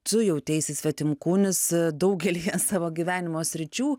tu jauteisi svetimkūnis daugelyje savo gyvenimo sričių